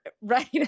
right